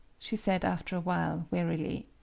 she said after a while, wearily.